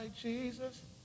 Jesus